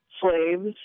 slaves